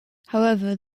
however